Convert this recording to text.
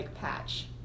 patch